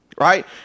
right